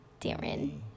Darren